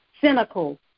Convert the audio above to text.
cynical